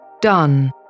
done